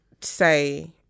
say